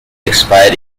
expire